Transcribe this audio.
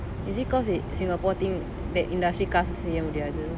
is it cause it singapore think that industry காசு செய்ய முடியாது:kaasu seiya mudiyathu